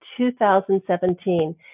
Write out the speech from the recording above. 2017